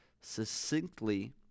succinctly